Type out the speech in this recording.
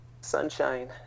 sunshine